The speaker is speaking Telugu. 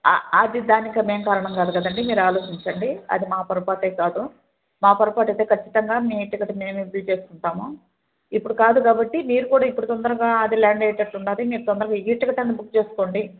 అది దానికి మేము కారణం కాదు కదండీ మీరు ఆలోచించండి అది మా పొరపాటే కాదు మా పొరపాటైతే ఖచ్చితంగా మీ టికెట్ మేమే బిల్ చేసుకుంటాము ఇప్పుడు కాదు కాబట్టి మీరు కూడా ఇప్పుడు తొందరగా అది ల్యాండ్ అయ్యేటట్టు ఉంది మీరు తొందరగా ఈ టిక్కెట్ అయినా బుక్ చేసుకోండి